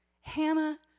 Hannah